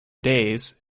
days